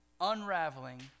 unraveling